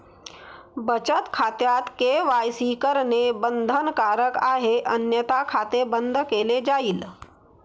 बचत खात्यात के.वाय.सी करणे बंधनकारक आहे अन्यथा खाते बंद केले जाईल